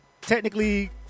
technically